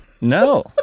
No